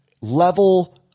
level